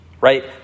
right